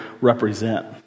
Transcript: represent